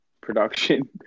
production